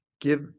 give